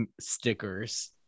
stickers